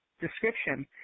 Description